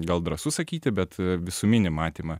gal drąsu sakyti bet visuminį matymą